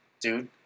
Dude